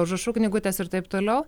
užrašų knygutės ir taip toliau